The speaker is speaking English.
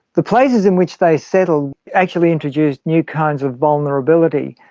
the places in which they settled actually introduce new kinds of vulnerability,